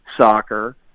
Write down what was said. soccer